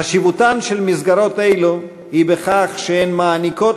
חשיבותן של מסגרות אלו היא בכך שהן מעניקות